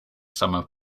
summer